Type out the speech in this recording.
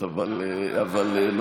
שלוש,